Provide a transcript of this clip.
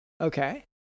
Okay